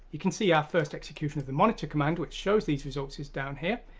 can see our first execution of the monitor command which shows these results is down here.